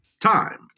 Time